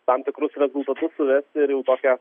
tam tikrus rezultatus suvesti ir jau tokią